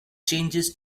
changes